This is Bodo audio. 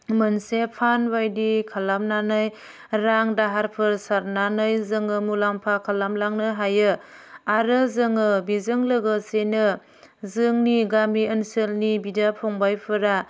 मोनसे फान्ड बायदि खालामनानै रां दाहारफोर सारनानै जोङो मुलाम्फा खालामलांनो हायो आरो जोङो बेजों गोलोसेनो जोंनि गामि ओनसोलनि बिदा फंबायफोरा